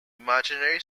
imaginary